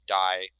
die